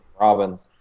Robins